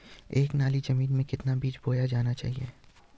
एक नाली जमीन में कितना बीज बोया जाना चाहिए?